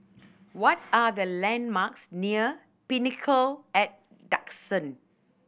what are the landmarks near Pinnacle at Duxton